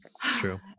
True